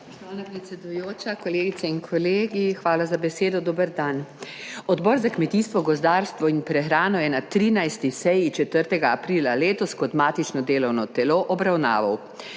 predsedujoča, kolegice in kolegi, dober dan! Hvala za besedo. Odbor za kmetijstvo, gozdarstvo in prehrano je na 13. seji 4. aprila letos kot matično delovno telo obravnaval